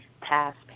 past